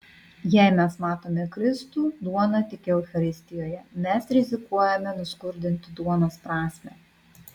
jei mes matome kristų duoną tik eucharistijoje mes rizikuojame nuskurdinti duonos prasmę